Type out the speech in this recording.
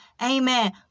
amen